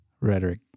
rhetoric